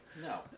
No